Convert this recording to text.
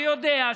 שיודע,